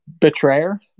Betrayer